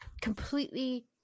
completely